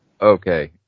Okay